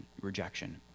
rejection